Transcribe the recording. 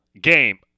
game